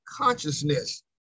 consciousness